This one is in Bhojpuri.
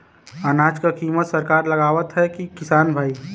अनाज क कीमत सरकार लगावत हैं कि किसान भाई?